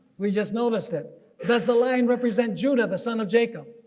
we just notice it. does the lion represent judah the son of jacob?